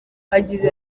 yagize